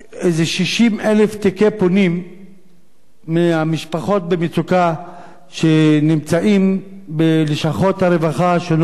60,000 תיקי פונים מהמשפחות במצוקה שנמצאים בלשכות הרווחה השונות,